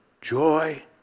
Joy